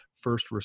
first